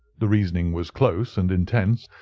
the reasoning was close and intense,